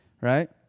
Right